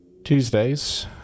Tuesdays